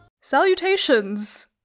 Salutations